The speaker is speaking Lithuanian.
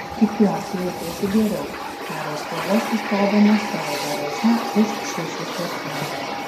tikiuosi jautiesi geriau tarė filas sustodamas savo garaže už šešių kvartalų